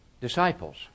disciples